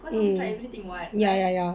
mm ya ya ya